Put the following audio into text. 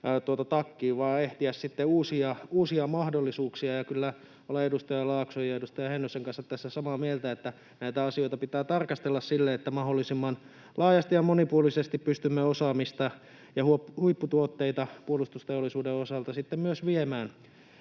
sitten uusia mahdollisuuksia. Ja kyllä olen edustaja Laakson ja edustaja Heinosen kanssa samaa mieltä tässä, että näitä asioita pitää tarkastella silleen, että mahdollisimman laajasti ja monipuolisesti pystymme osaamista ja huipputuotteita puolustusteollisuuden osalta sitten myös viemään